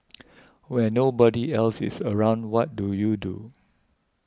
when nobody else is around what do you do